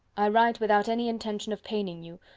i write without any intention of paining you,